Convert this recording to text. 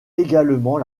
également